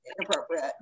inappropriate